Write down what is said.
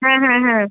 হ্যাঁ হ্যাঁ হ্যাঁ